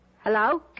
Hello